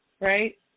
right